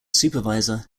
supervisor